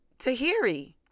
Tahiri